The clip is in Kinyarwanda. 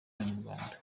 z’abanyarwanda